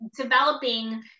developing